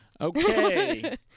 Okay